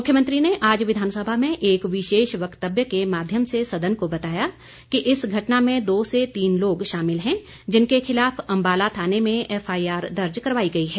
मुख्यमंत्री ने आज विधानसभा में एक विशेष व्यक्तव्य के माध्यम से सदन को बताया कि इस घटना में दो से तीन लोग शामिल हैं जिनके खिलाफ अंबाला थाने में एफआईआर दर्ज करवाई गई है